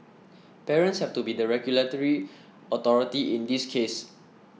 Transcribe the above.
parents have to be the regulatory authority in this case